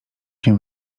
się